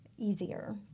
easier